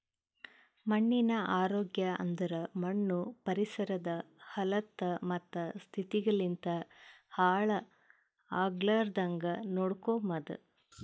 ಮಣ್ಣಿನ ಆರೋಗ್ಯ ಅಂದುರ್ ಮಣ್ಣು ಪರಿಸರದ್ ಹಲತ್ತ ಮತ್ತ ಸ್ಥಿತಿಗ್ ಲಿಂತ್ ಹಾಳ್ ಆಗ್ಲಾರ್ದಾಂಗ್ ನೋಡ್ಕೊಮದ್